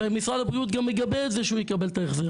ומשרד הבריאות גם מגבה את זה שהוא יקבל את ההחזר.